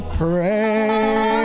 pray